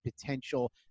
potential